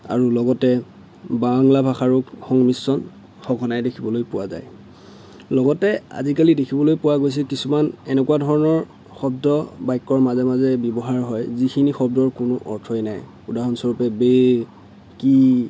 আৰু লগতে বাংলা ভাষাৰো সংমিশ্ৰণ সঘনাই দেখিবলৈ পোৱা যায় লগতে আজিকালি দেখিবলৈ পোৱা গৈছে কিছুমান এনেকুৱা ধৰণৰ শব্দ বাক্যৰ মাজে মাজে ব্যৱহাৰ হয় যিখিনি শব্দৰ কোনো অৰ্থই নাই উদাহৰণস্বৰূপে বে কি